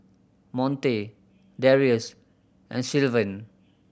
Monte Darius and Sylvan